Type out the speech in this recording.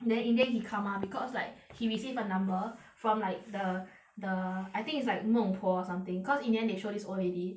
then in the end he comma because like he received a number from like the the I think it's like 孟婆 or something cause in the end they showed this old lady